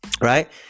right